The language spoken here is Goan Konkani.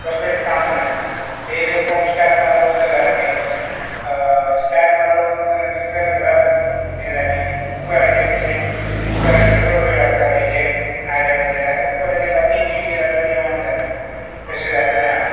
कसलेंच काम ना येयलें पंप स्टार्ट मारलो उदक घरान येयलें स्टार्ट मारलो मिक्सर घरान हें जालें कुकराचेर तशें कुकराचेर चड वेळ लागताले हेचेर आयदनाचेर आतां कुकराचेर लायक तीन शिटयो जाले म्हळ्यार जेवण जाले तशें जाल्लेलें आसा